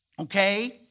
Okay